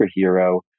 superhero